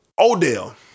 Odell